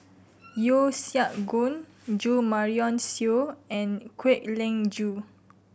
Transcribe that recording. Yeo Siak Goon Jo Marion Seow and Kwek Leng Joo